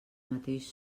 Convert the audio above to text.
mateix